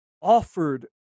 offered